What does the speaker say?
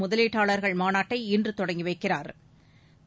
முதலீட்டாளா்கள் மாநாட்டை இன்று தொடங்கி வைக்கிறாா்